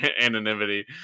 anonymity